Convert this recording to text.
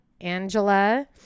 Angela